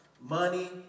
money